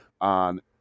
on